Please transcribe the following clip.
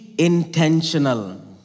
intentional